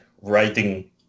writing